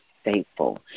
faithful